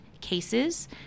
cases